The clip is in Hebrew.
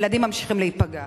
ילדים ממשיכים להיפגע.